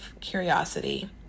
curiosity